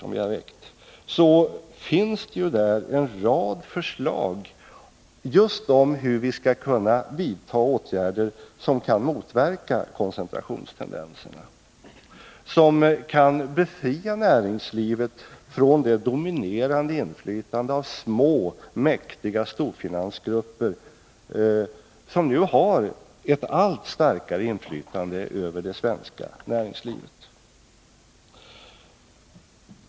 Där finns en rad förslag just om hur vi skall kunna vidta åtgärder som kan motverka koncentrationstendenserna, som kan befria näringslivet från det dominerande inflytandet av små, mäktiga storfinansgrupper, som nu har ett allt starkare inflytande över det svenska näringslivet.